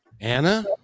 Anna